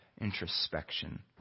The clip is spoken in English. introspection